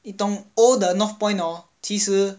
你懂 old 的 north point hor 其实